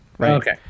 Okay